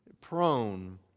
prone